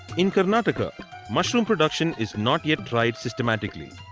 in karnataka mushroom production is not yet tried systematically.